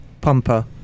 pumper